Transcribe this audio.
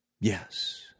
Yes